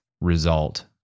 result